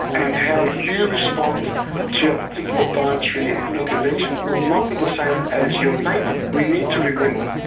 and and how you respond to a particular dietary intervention will not be the same as your neighbour. we need to remember,